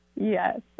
Yes